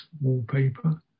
wallpaper